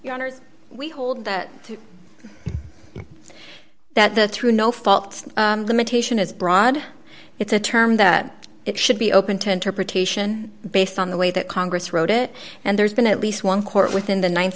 honor we hold that that the through no fault limitation is broad it's a term that it should be open to interpretation based on the way that congress wrote it and there's been at least one court within the